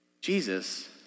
Jesus